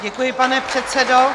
Děkuji, pane předsedo.